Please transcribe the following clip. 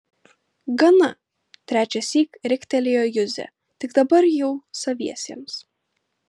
gana trečiąsyk riktelėjo juzė tik dabar jau saviesiems